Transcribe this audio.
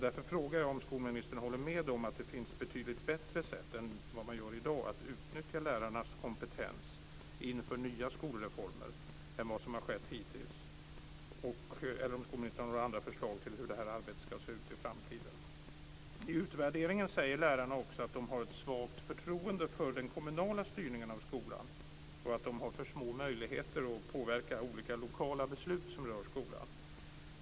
Därför frågar jag om skolministern håller med om att det finns betydligt bättre sätt att utnyttja lärarnas kompetens inför nya skolreformer än vad som har skett hittills, eller om hon har några andra förslag till hur det här arbetet ska se ut i framtiden. I utvärderingen säger lärarna också att de har ett svagt förtroende för den kommunala styrningen av skolan och att de har för små möjligheter att påverka olika lokala beslut som rör skolan.